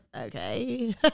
okay